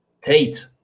Tate